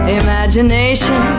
imagination